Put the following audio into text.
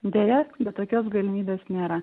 deja bet tokios galimybės nėra